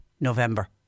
November